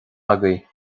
agaibh